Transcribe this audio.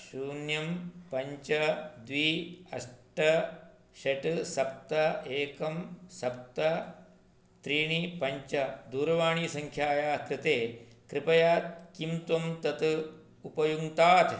शून्यं पञ्च द्वे अष्ट षट् सप्त एकं सप्त त्रीणि पञ्च दूरवाणीसङ्ख्यायाः कृते कृपया किं त्वं तत् उपयुङ्क्तात्